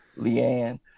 Leanne